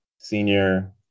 senior